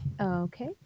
Okay